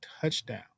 touchdown